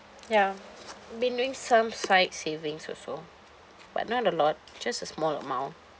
ya been doing some side savings also but not a lot just a small amount